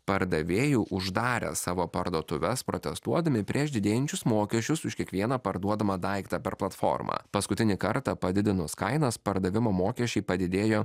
pardavėjų uždarė savo parduotuves protestuodami prieš didėjančius mokesčius už kiekvieną parduodamą daiktą per platformą paskutinį kartą padidinus kainas pardavimo mokesčiai padidėjo